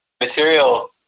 material